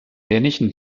dänischen